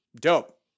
dope